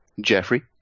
Jeffrey